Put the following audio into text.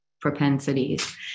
propensities